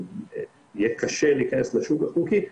יהיה קשה להיכנס לשוק החוקי,